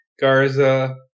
Garza